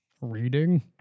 reading